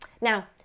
Now